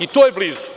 I to je blizu.